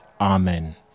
Amen